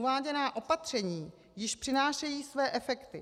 Uváděná opatření již přinášejí své efekty.